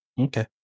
Okay